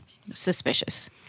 suspicious